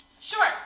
Sure